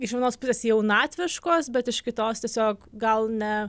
iš vienos pusės jaunatviškos bet iš kitos tiesiog gal ne